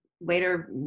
later